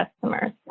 customers